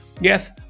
Yes